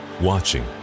watching